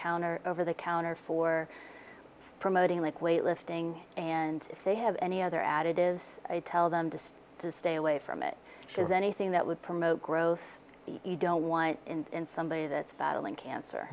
counter over the counter for promoting like weight lifting and if they have any other additives i tell them just to stay away from it because anything that would promote growth you don't want in somebody that's battling cancer